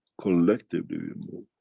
collectively we and move,